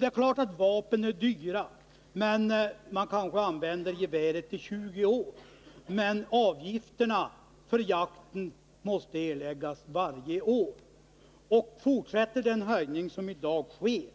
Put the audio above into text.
Det är klart att vapen är dyra, men man kanske använder ett gevär i 20 år. Avgifterna för jakt måste däremot erläggas varje år. Om dessa avgifter fortsätter att höjas